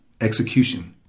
Execution